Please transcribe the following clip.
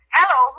Hello